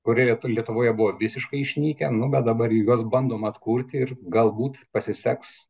kurie lietuvoje buvo visiškai išnykę nu bet dabar juos bandoma atkurti ir galbūt pasiseks